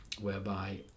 whereby